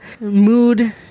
mood